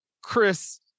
chris